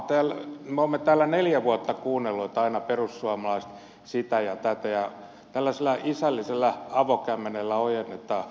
me olemme täällä neljä vuotta kuunnelleet että aina perussuomalaiset sitä ja tätä ja tällaisella isällisellä avokämmenellä ojennetaan